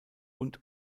und